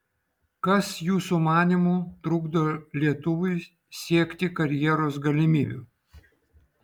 kas jūsų manymu trukdo lietuviui sieki karjeros galimybių